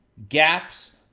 gaps,